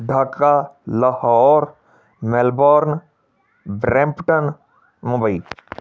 Dhaka Lahore Melbourne Brampton Mumbai